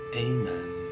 Amen